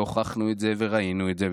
והוכחנו את זה וראינו את זה,